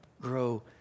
grow